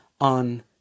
on